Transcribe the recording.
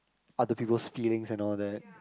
other people's feelings and all that